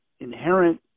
inherent